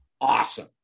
Awesome